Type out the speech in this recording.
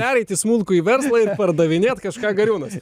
pereit į smulkųjį verslą ir pardavinėt kažką gariūnuose